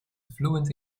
fluent